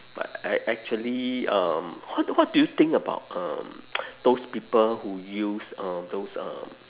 but I actually um what what do you think about um those people who use uh those uh